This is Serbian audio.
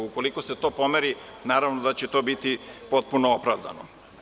Ukoliko se to pomeri, naravno da će to biti potpuno opravdano.